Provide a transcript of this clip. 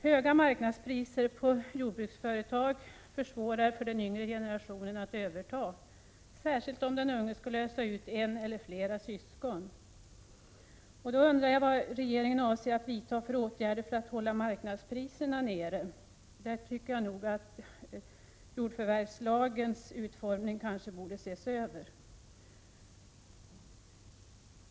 Höga marknadspriser på jordbruksföretag gör det svårare för yngre generationer att överta ett jordbruk, särskilt om den unge måste lösa ut ett eller flera syskon. Jag tycker att jordförvärvslagens utformning borde ses över.